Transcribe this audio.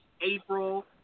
April